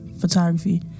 photography